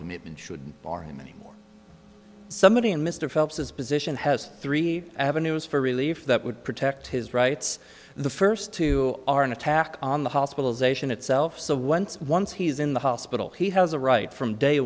commitment should bar him any more somebody in mr phelps's position has three avenues for relief that would protect his rights the first two are an attack on the hospitalization itself so once once he is in the hospital he has a right from day